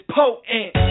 potent